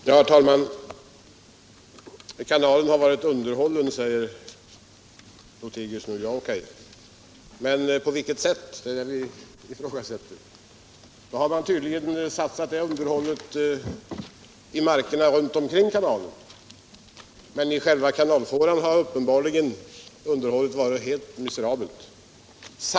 Herr talman! Kanalen har varit underhållen, säger herr Lothigius nu. All right, men på vilket sätt? Det är detta jag ifrågasätter. Tydligen har man satsat underhållet i markerna runt omkring kanalen, men i själva kanalfåran har uppenbarligen underhållet varit helt miserabelt.